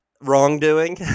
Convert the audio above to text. wrongdoing